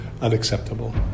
unacceptable